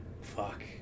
Fuck